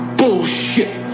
bullshit